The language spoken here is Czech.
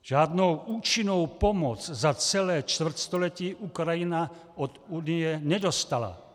Žádnou účinnou pomoc za celé čtvrtstoletí Ukrajina od Unie nedostala.